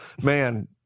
Man